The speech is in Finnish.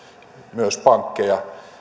myös pankkeja